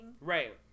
Right